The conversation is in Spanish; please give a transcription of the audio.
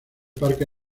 parque